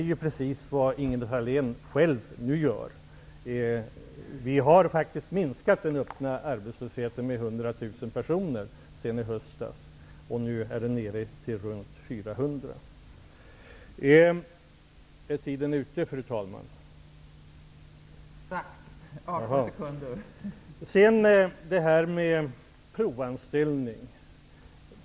Men nu gör Ingela Thalén själv samma sak. Vi har faktiskt minskat den öppna arbetslösheten med 100 000 personer sedan i höstas, och antalet arbetslösa är nu nere runt 400 000. Vem hotas av förslaget om provanställning?